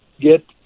get